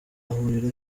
ahurira